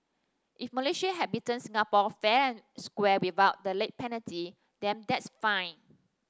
if Malaysia had beaten Singapore fair and square without the late penalty then that's fine